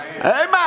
Amen